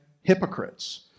hypocrites